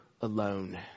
alone